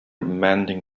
mending